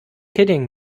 kidding